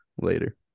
later